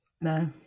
No